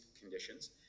conditions